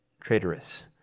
traitorous